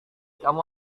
kamu